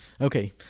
Okay